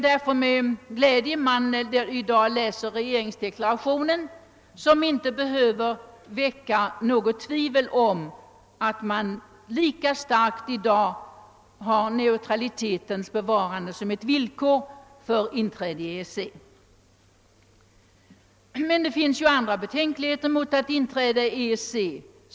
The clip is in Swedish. Därför läser man regeringsdeklarationen med glädje, ty där är det inget tvivel om att man i dag lika starkt som tidigare uppställer neutraliteten som ett villkor för inträde i EEC. Men det finns ju andra betänkligheter mot ett inträde i EEC.